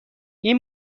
این